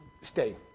Stay